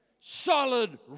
Solid